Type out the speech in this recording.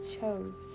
chose